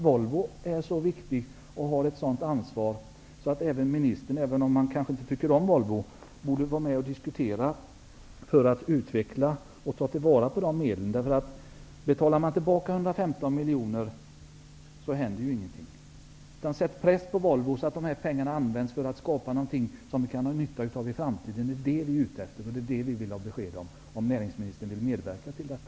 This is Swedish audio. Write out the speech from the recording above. Volvo är så viktigt och har ett sådant ansvar att ministern, även om han kanske inte tycker om Volvo, borde vara med i diskussionen om att ta till vara dessa medel och utveckla något med hjälp av dem. Det händer ingenting bara genom att man betalar tillbaka 115 miljoner. Sätt press på Volvo att använda dessa pengar för att skapa någonting som vi kan ha nytta av i framtiden! Det är det som vi är ute efter, och vi vill få besked om huruvida näringsministern vill medverka till detta.